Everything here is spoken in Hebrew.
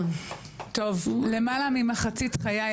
למעלה ממחצית חיי,